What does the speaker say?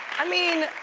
i mean,